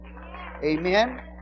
Amen